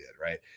right